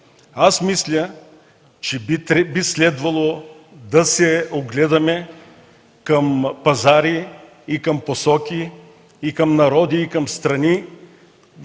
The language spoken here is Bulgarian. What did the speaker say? Аз мисля, че би следвало да се огледаме към пазари и към посоки, към народи и към страни,